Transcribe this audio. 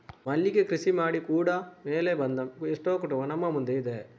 ಮಲ್ಲಿಗೆ ಕೃಷಿ ಮಾಡಿ ಕೂಡಾ ಮೇಲೆ ಬಂದ ಎಷ್ಟೋ ಕುಟುಂಬ ನಮ್ಮ ಮುಂದೆ ಇದೆ